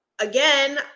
again